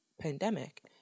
pandemic